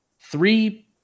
three